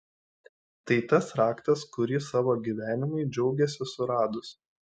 tai tas raktas kurį savo gyvenimui džiaugėsi suradus